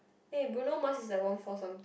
eh Bruno-Mars is like one four some